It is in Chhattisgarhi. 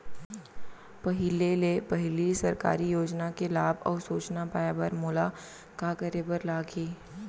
पहिले ले पहिली सरकारी योजना के लाभ अऊ सूचना पाए बर मोला का करे बर लागही?